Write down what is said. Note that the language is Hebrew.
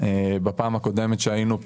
בפעם הקודמת שהיינו פה,